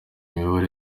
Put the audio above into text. imiyoborere